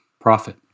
profit